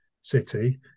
city